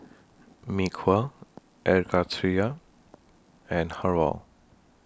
Mee Kuah Air Karthira and Har Kow